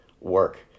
work